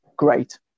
great